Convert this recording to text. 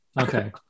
Okay